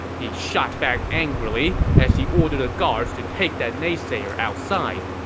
he shot back angrily as he ordered the guards to take that naysayer outside.